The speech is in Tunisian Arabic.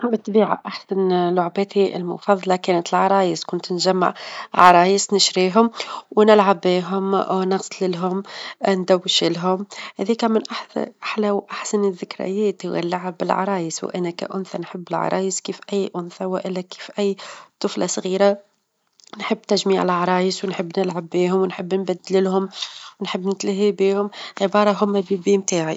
بالطبيعة أحسن لعباتي المفظلة كانت العرايس كنت نجمع عرايس، نشريهم، ونلعب بيهم، ونغسل لهم، ندوش لهم، هاذيكا من -أحس- أحلى، وأحسن الذكريات هو اللعب بالعرايس، وأنا كأنثى نحب العرايس كيف أي أنثى كيف، و الا كيف أي طفلة صغيرة نحب تجميع العرايس، ونحب نلعب بيهم، ونحب نبدل لهم، ونحب نتلهي بيهم، عبارة هما تاعي.